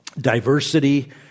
Diversity